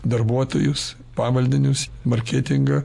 darbuotojus pavaldinius marketingą